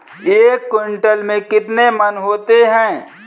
एक क्विंटल में कितने मन होते हैं?